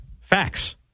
Facts